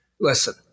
listen